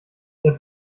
der